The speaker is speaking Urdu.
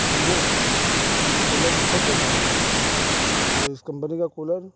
سمجھے سر یہ کولر بہت بےکار ہے اور اس کمپنی کا کولر